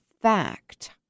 fact